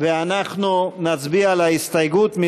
ואנחנו נצביע על ההסתייגות.